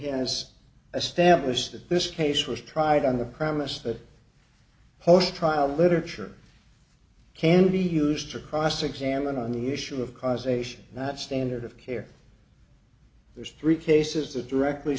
that this case was tried on the premise that post trial literature can be used to cross examine on the issue of causation that standard of care there's three cases that directly